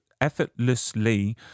effortlessly